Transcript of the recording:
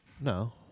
No